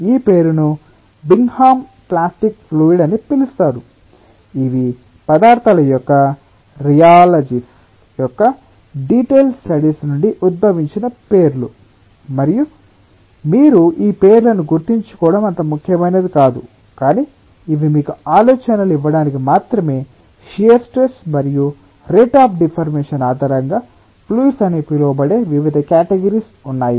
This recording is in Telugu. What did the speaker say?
ఈ పేరును బింగ్హామ్ ప్లాస్టిక్ ఫ్లూయిడ్ అని పిలుస్తారు ఇవి పదార్ధాల యొక్క రియాలజీస్ యొక్క డిటైల్డ్ స్టడీస్ నుండి ఉద్భవించిన పేర్లు మరియు మీరు ఈ పేర్లను గుర్తుంచుకోవడం అంత ముఖ్యమైనది కాదు కానీ ఇవి మీకు ఆలోచనలు ఇవ్వడానికి మాత్రమే షియర్ స్ట్రెస్ మరియు రేట్ అఫ్ డిఫర్మేషన్ ఆధారంగా ఫ్లూయిడ్స్ అని పిలవబడే వివిధ క్యాటగరిస్ ఉన్నాయి